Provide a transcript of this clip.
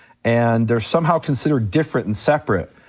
and they're somehow considered different and separate.